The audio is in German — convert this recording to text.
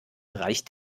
bereich